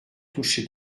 touché